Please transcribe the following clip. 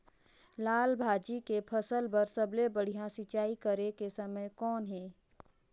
लाल भाजी के फसल बर सबले बढ़िया सिंचाई करे के समय कौन हे?